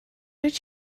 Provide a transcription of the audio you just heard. did